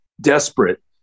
desperate